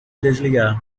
desligar